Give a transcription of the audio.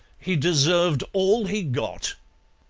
he deserved all he got.